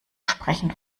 sprechen